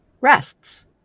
rests